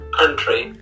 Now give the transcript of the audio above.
country